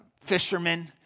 fishermen